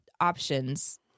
options